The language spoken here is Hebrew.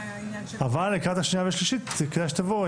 אבל לקראת השנייה והשלישית כדאי שתבואו